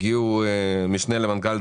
הגיעו המשנה למנכ"ל,